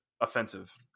offensive